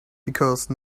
because